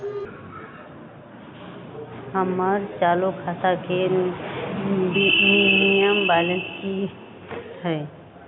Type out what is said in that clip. हमर चालू खाता के मिनिमम बैलेंस कि हई?